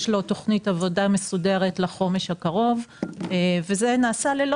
שיש לו תוכנית עבודה מסודרת לחודש הקרוב וזה נעשה ללא